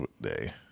Day